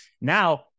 Now